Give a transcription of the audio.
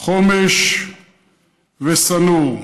חומש ושא-נור.